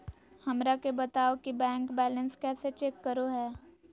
हमरा के बताओ कि बैंक बैलेंस कैसे चेक करो है?